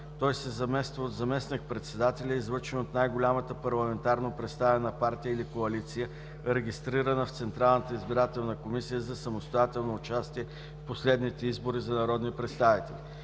от заместник-председателя, излъчен от най-голямата парламентарно представена партия или коалиция, регистрирана в Централната избирателна комисия за самостоятелно участие в последните избори за народни представители.